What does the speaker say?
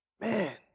Man